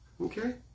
Okay